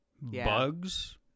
bugs